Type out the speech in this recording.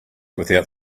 without